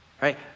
Right